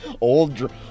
old